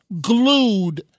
glued